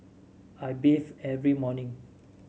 I bathe every morning